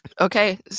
Okay